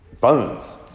bones